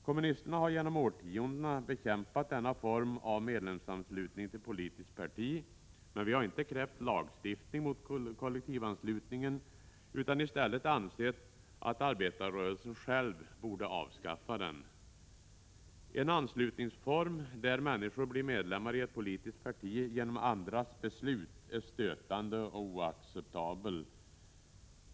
Kommunisterna har genom årtiondena bekämpat denna form av medlemsanslutning till politiskt parti, men vi har inte krävt lagstiftning mot kollektivanslutningen utan i stället ansett att arbetarrörelsen själv borde avskaffa den. En anslutningsform där människor blir medlemmar i ett politiskt parti genom andras beslut är stötande och oacceptabel.